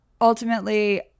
ultimately